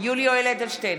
יולי יואל אדלשטיין,